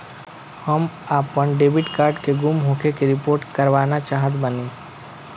हम आपन debit card के गुम होखे के रिपोर्ट करवाना चाहत बानी